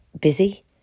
busy